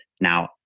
Now